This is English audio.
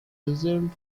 result